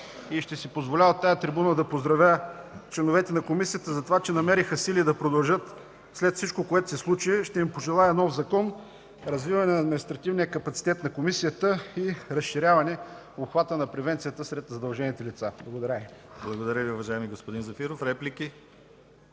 и ще си позволя от трибуната да поздравя членовете на Комисията, че намериха сили да продължат след всичко, което се случи. Ще им пожелая нов закон, развиване на административния капацитет на Комисията и разширяване обхвата на превенцията сред задължените лица. Благодаря. ПРЕДСЕДАТЕЛ ДИМИТЪР ГЛАВЧЕВ: Благодаря Ви, уважаеми господин Зафиров. Реплики?